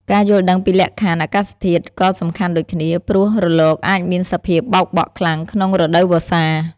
ការយល់ដឹងពីលក្ខខណ្ឌអាកាសធាតុក៏សំខាន់ដូចគ្នា ព្រោះរលកអាចមានសភាពបក់បោកខ្លាំងក្នុងរដូវវស្សា។